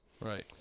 Right